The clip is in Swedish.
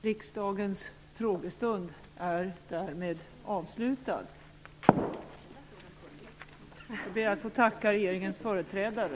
Riksdagens frågestund var därmed avslutad. Jag ber att få tacka regeringens företrädare.